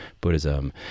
Buddhism